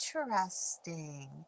Interesting